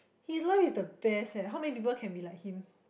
his life is the best eh how many people can be like him